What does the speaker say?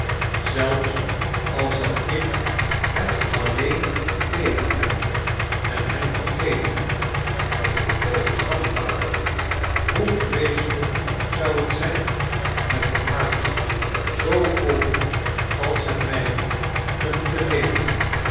s al zou ik bet alleen beter hebben en hem vergeten dat ik onmogelijk kan vader hoe vreeselijk zou bet zijn met een hart zoo vol als liet mijne te moeten leven